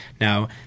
now